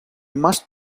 must